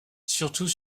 surtout